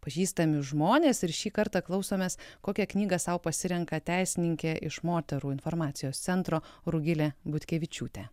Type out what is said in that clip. pažįstami žmonės ir šį kartą klausomės kokią knygą sau pasirenka teisininkė iš moterų informacijos centro rugilė butkevičiūtė